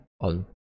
on